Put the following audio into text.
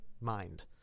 mind